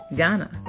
Ghana